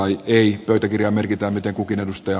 pöytäkirjaan merkitään miten kukin edustaja